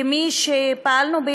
כמי שפעלה,